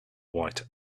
white